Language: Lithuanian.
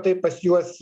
taip pas juos